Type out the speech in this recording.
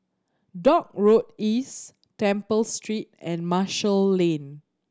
Dock Road East Temple Street and Marshall Lane